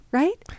right